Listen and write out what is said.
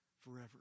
forever